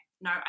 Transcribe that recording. no